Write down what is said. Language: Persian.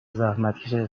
زحمتکش